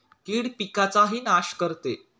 कीड पिकाचाही नाश करते